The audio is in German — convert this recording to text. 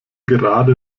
gerade